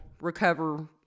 recover